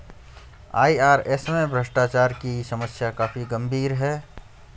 IRS में भ्रष्टाचार की समस्या काफी गंभीर है